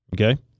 Okay